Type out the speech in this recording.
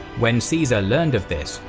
when caesar learned of this,